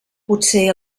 potser